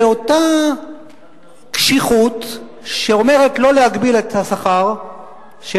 באותה קשיחות שאומרת לא להגביל את השכר של